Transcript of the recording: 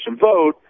vote